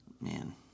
Man